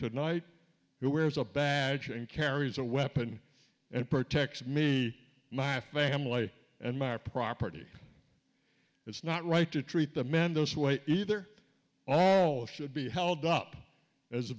tonight who wears a badge and carries a weapon and protects me my family and my property it's not right to treat the men those way either should be held up as a